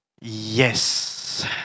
yes